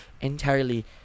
entirely